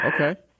Okay